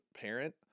parent